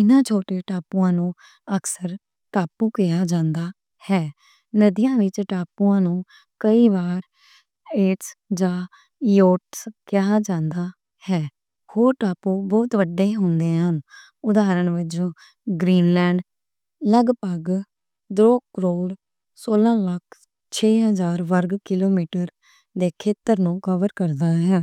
انہاں چھوٹے ٹاپوآں نوں اکثر ٹاپو کہا جاندا ہے۔ ندیاں وچ ٹاپوآں نوں کئی وار ایٹس جا ایوٹس کہا جاندا ہے۔ او ٹاپو بہت وڈے ہوندے ہن۔ اودھارن وچ گرین لینڈ، لگ بھگ، دو کروڑ سولہ لاکھ ہزار ورگ کلومیٹر دے کے علاقے نوں کور کردا ہے۔ دھیان وچ ٹاپوآں نوں کئی وار ایٹس جا ایوٹس کہا جاندا ہے۔ او ٹاپو بہت وڈے ہوندے ہن۔ اودھارن وچ گرین لینڈ، لگ بھگ، دو کروڑ سولہ لاکھ ہزار ورگ کلومیٹر دے کے علاقے نوں کور کردا ہے۔